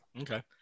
Okay